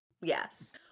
Yes